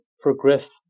progress